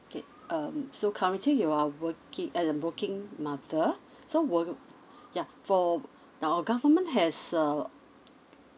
K um so currently you are working uh um working mother so will ya for now our government has uh